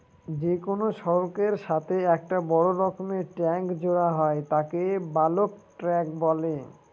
যে কোনো সড়কের সাথে একটা বড় রকমের ট্যাংক জোড়া হয় তাকে বালক ট্যাঁক বলে